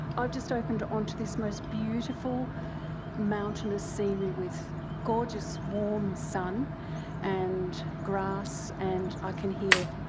i've just opened onto this most beautiful mountainous scenery with gorgeous warm sun and grass and i can hear